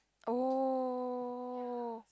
oh